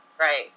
Right